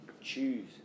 choose